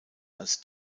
als